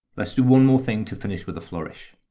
let's do one more thing to finish with a flourish.